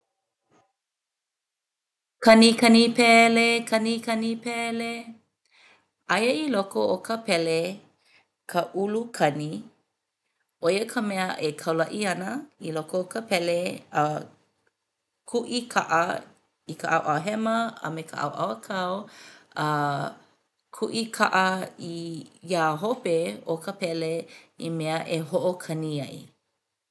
Kanikani pele kanikani pele. Aia i loko o ka pele ka ʻulu kani ʻo ia ka mea e kaulaʻi ana i loko o ka pele kuʻikaʻa i ka ʻaoʻao hema a me ka ʻaoʻao ʻākau a kuʻikaʻa iā hope o ka pele i mea e hoʻokani ai.